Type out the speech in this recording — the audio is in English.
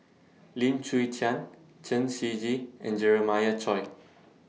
Lim Chwee Chian Chen Shiji and Jeremiah Choy